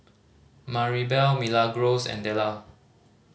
Maribel Milagros and Della